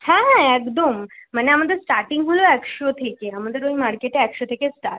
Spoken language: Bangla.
হ্যাঁ একদম মানে আমাদের স্টার্টিং হলো একশো থেকে আমাদের ওই মার্কেটে একশো থেকে স্টার্ট